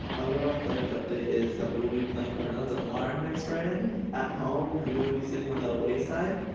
um a little athletic update is that we'll be playing corona and del mar next friday at home. we'll be sitting on the away side.